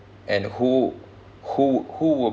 and who who who would